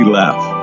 laugh